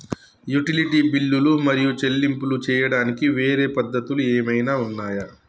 Utility బిల్లులు మరియు చెల్లింపులు చేయడానికి వేరే పద్ధతులు ఏమైనా ఉన్నాయా?